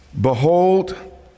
Behold